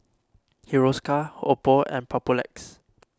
Hiruscar Oppo and Papulex